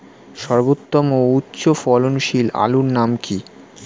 সর্বোত্তম ও উচ্চ ফলনশীল আলুর নাম কি?